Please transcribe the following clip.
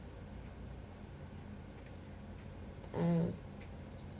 oh